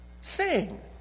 sing